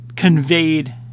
conveyed